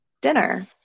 dinner